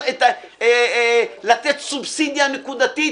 לתת סובסידיה נקודתית,